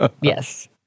Yes